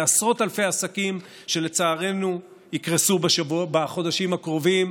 לעשרות אלפי עסקים שלצערנו יקרסו בחודשים הקרובים,